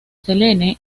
selene